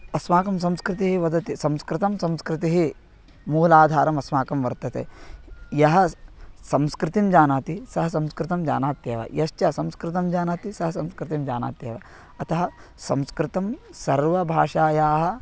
अस्माकं संस्कृतिः वदति संस्कृतं संस्कृतिः मूलाधारमस्माकं वर्तते यः स् संस्कृतिं जानाति सः संस्कृतं जानात्येव यश्च संस्कृतं जानाति सः संस्कृतिं जानात्येव अतः संस्कृतं सर्वभाषायाः